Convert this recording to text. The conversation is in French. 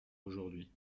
aujourd’hui